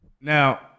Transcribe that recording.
Now